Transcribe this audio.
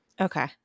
Okay